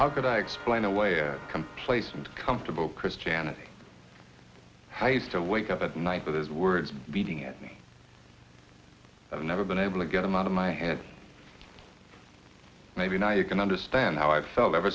could i explain away complacent comfortable christianity i used to wake up at night with his words beating at me i've never been able to get him out of my head maybe now you can understand how i felt ever